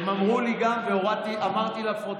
הם גם אמרו לי והורדתי ואמרתי לפרוטוקול.